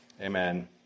Amen